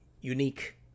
unique